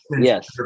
yes